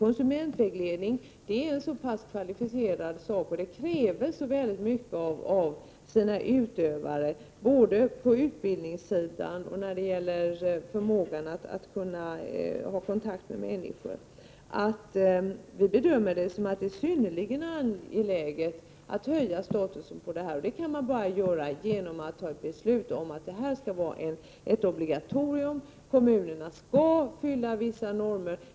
Konsumentvägledning är en så kvalificerad sak och kräver så mycket av sina utövare, både i fråga om utbildning och när det gäller förmåga att ha kontakt med människor, att vi bedömer det som synnerligen angeläget att höja dess status. Det kan man bara göra genom att fatta beslut om ett obligatorium, att kommunerna skall fylla vissa normer.